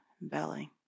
belly